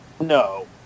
no